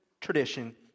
tradition